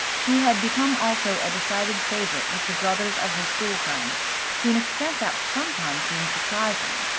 she had become also a decided favorite with the brothers of her school friends to an extent that sometimes seemed surprising.